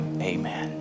amen